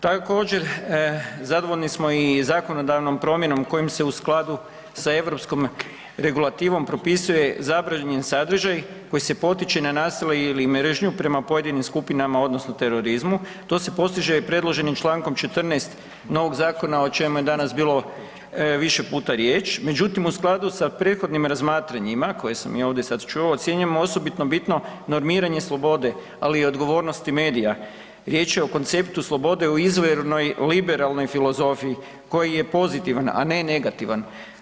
Također, zadovoljni smo i zakonodavnom promjenom kojom se u skladu sa europskom regulativom propisuje zabranjen sadržaj koji se potiče na nasilje ili mržnju prema pojedinim skupinama odnosno terorizmu, to se postiže predloženim člankom 14. novog zakona o čemu je danas bilo više puta riječ, međutim u skladu sa prethodnim razmatranjima koja sam ja ovdje sad čuo, ocjenjujem osobito bitno normiranje slobode ali i odgovornosti medija, riječ je o konceptu slobode u izvornoj liberalnoj filozofiji koji je pozitivan a ne negativan.